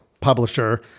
publisher